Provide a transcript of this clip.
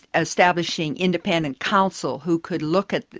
establishing independent counsel who could look at,